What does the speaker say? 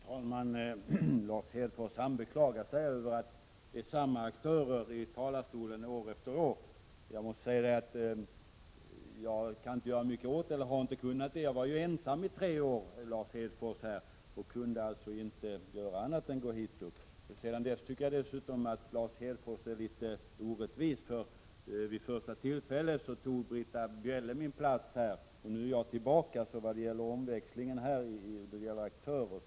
Fru talman! Lars Hedfors beklagar sig över att det är samma aktörer i talarstolen år efter år. Jag har inte kunnat göra mycket åt det. Jag var under tre år ensam folkpartirepresentant, och det kunde alltså inte undvikas att det blev jag som företrädde mitt parti. Jag tycker dessutom att Lars Hedfors är litet orättvis, eftersom Britta Bjelle vid första möjliga tillfälle intog min plats i dessa sammanhang. Nu är jag tillbaka, så vi har gjort vårt bästa för att skapa omväxling vad gäller aktörer.